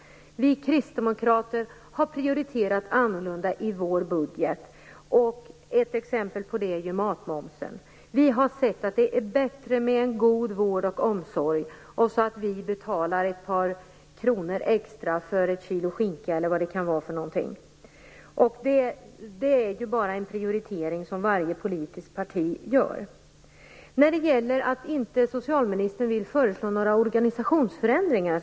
Vi kristdemokrater har prioriterat annorlunda i vår budget. Ett exempel på det är matmomsen. Vi har sagt att det är bättre att ha en god vård och omsorg och att betala ett par kronor extra för ett kilo skinka eller något annat. Det är en prioritering som varje politiskt parti gör. Socialministern vill inte föreslå några organisationsförändringar.